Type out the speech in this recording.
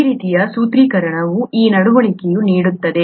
ಈ ರೀತಿಯ ಸೂತ್ರೀಕರಣವು ಈ ನಡವಳಿಕೆಯನ್ನು ನೀಡುತ್ತದೆ